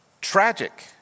Tragic